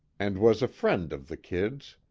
and was a friend of the kid's.